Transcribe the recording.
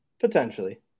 Potentially